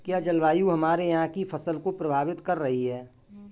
क्या जलवायु हमारे यहाँ की फसल को प्रभावित कर रही है?